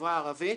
בחברה הערבית.